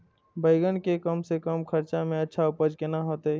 बेंगन के कम से कम खर्चा में अच्छा उपज केना होते?